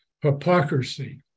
hypocrisy